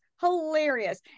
hilarious